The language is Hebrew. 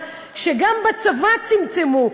שגם בצבא צמצמו.